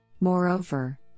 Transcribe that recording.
Moreover